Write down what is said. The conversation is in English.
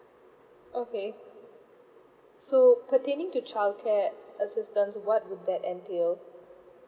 okay so pertaining to childcare assistance what would that entail